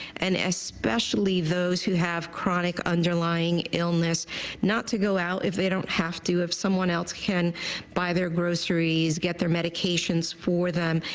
and especially those who have chronic underlying illness not to go out if they don't have to. if someone else can buy their groceries and get their medications for them,